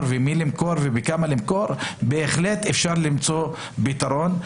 ולמי למכור ובכמה למכור בהחלט אפשר למצוא פתרון.